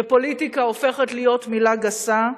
ופוליטיקה הופכת להיות מלה גסה.